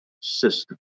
system